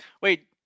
Wait